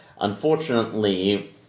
Unfortunately